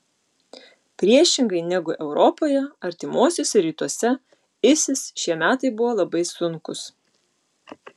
priešingai negu europoje artimuosiuose rytuose isis šie metai buvo labai sunkūs